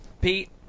Pete